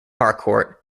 harcourt